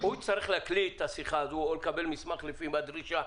הוא יצטרך להקליט את השיחה או לקבל מסמך לפי הדרישה.